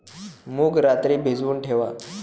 मूग रात्री भिजवून ठेवा